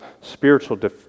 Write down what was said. spiritual